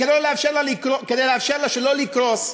כדי לאפשר לה שלא לקרוס?